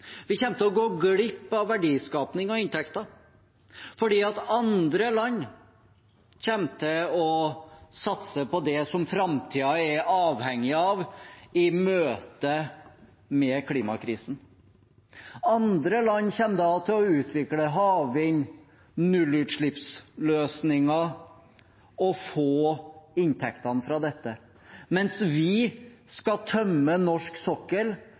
Vi kommer til å gå glipp av verdiskaping og inntekter fordi andre land kommer til å satse på det som framtiden er avhengig av i møte med klimakrisen. Andre land kommer da til å utvikle havvind, nullutslippsløsninger og få inntektene fra dette, mens vi skal tømme norsk sokkel